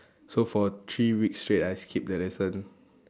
so for three weeks straight I skipped that lesson